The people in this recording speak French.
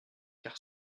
car